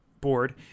board